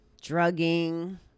drugging